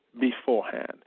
beforehand